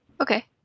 Okay